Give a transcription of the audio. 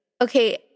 Okay